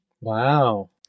Wow